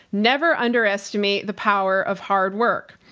never underestimate the power of hard work.